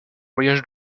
voyage